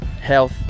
health